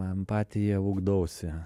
empatiją ugdausi